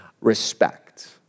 respect